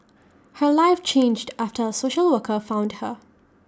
her life changed after A social worker found her